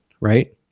right